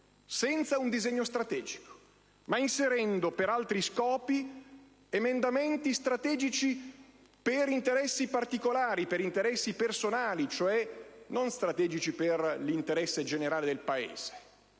senza un disegno strategico e inserendo, per altri scopi, emendamenti utili solo ad interessi particolari, ad interessi personali e cioè non utili all'interesse generale del Paese,